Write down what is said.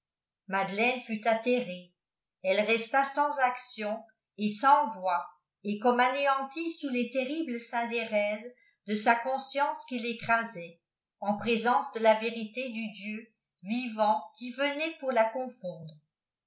madeleme fut attérée eue resta sans action et sans voix et comme anéantie sous les terribles sjmdérèses de sa conscience qui récrasait en présence de la vérité du dieu vivant qui venait pour là confondre